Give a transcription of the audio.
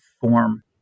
form